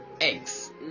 eggs